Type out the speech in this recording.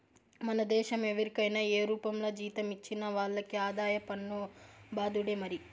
మన దేశం ఎవరికైనా ఏ రూపంల జీతం ఇచ్చినా వాళ్లకి ఆదాయ పన్ను బాదుడే మరి